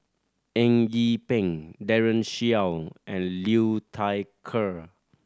Eng Yee Peng Daren Shiau and Liu Thai Ker